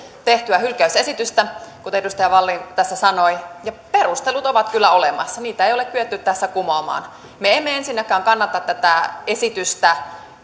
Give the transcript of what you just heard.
tehtyä hylkäysesitystä kuten edustaja wallin tässä sanoi ja perustelut ovat kyllä olemassa niitä ei ole kyetty tässä kumoamaan me emme ensinnäkään kannata tätä esitystä